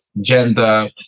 gender